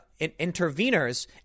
interveners